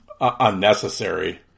unnecessary